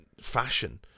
fashion